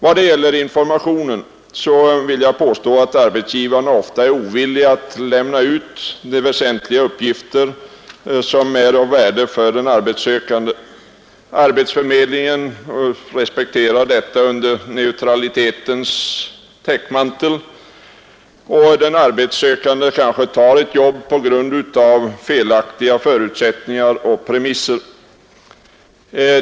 Vad gäller informationen vill jag påstå att arbetsgivarna ofta är ovilliga att lämna ut väsentliga uppgifter som är av värde för den arbetssökande. Arbetsförmedlingen respekterar detta under neutralitetens täckmantel, och den arbetssökande kanske tar ett jobb på grund av felaktiga förutsättningar och premisser.